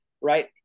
right